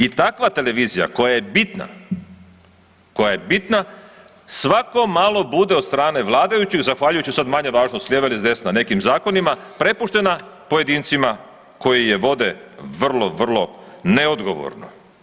I takva televizija koja je bitna, koja je bitna svako malo bude od strane vladajućih zahvaljujući sada manje važno s lijeva ili desna nekim zakonima prepuštena pojedincima koji je vode vrlo, vrlo neodgovorno.